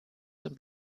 dem